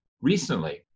recently